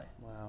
wow